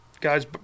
guys